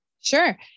Sure